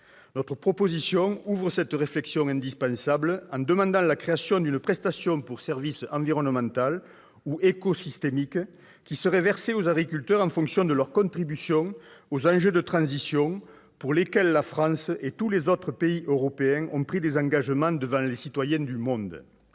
européenne ouvre cette réflexion indispensable en demandant la création d'une prestation pour service environnemental ou écosystémique qui serait versée aux agriculteurs en fonction de leur contribution aux enjeux de transition pour lesquels la France et tous les autres pays européens ont pris des engagements devant les citoyens du monde.